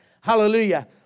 Hallelujah